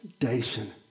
foundation